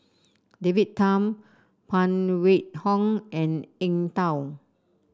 David Tham Phan Wait Hong and Eng Tow